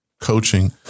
coaching